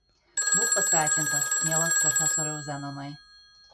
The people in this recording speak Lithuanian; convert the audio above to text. būk pasveikintas mielas profesoriau zenonai